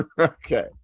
Okay